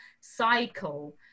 cycle